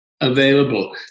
Available